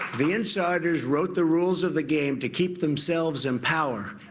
the insiders wrote the rules of the game to keep themselves in power,